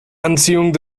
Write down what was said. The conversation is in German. anziehung